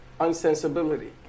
unsensibility